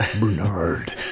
Bernard